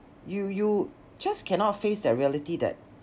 you you just cannot face that reality that